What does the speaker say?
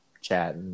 chat